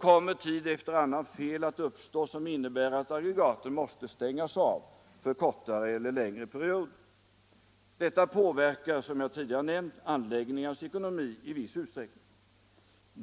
kommer tid efter annan fel att uppstå som innebär att aggregaten måste stängas av för kortare eller längre perioder. Detta påverkar, som jag tidigare nämnt, anläggningarnas ekonomi i viss utsträckning.